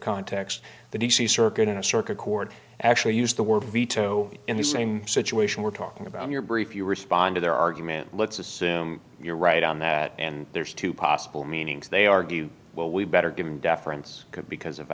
context the d c circuit in a circuit court actually used the word veto in the same situation we're talking about your brief you respond to their argument let's assume you're right on that and there's two possible meanings they argue well we better give in deference because of